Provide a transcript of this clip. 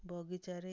ବଗିଚାରେ